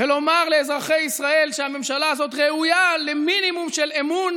ולומר לאזרחי ישראל שהממשלה הזאת ראויה למינימום של אמון